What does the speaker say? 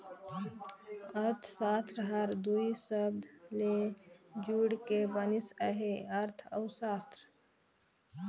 अर्थसास्त्र हर दुई सबद ले जुइड़ के बनिस अहे अर्थ अउ सास्त्र